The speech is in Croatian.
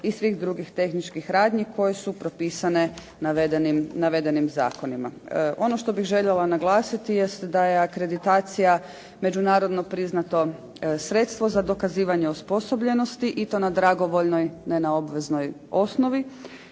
i svih drugih tehničkih radnji koje su propisane navedenim zakonima. Ono što bih željela naglasiti jest da je akreditacija međunarodno priznato sredstvo za dokazivanje osposobljenosti i to na dragovoljnoj, ne na obveznoj, osnovi